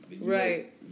Right